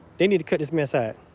they need could is miss that.